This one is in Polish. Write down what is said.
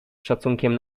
szacunkiem